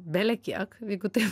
belekiek jeigu taip